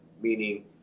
meaning